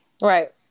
Right